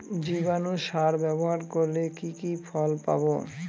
জীবাণু সার ব্যাবহার করলে কি কি ফল পাবো?